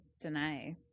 deny